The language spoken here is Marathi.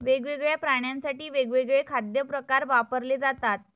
वेगवेगळ्या प्राण्यांसाठी वेगवेगळे खाद्य प्रकार वापरले जातात